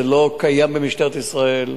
זה לא קיים במשטרת ישראל.